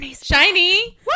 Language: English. Shiny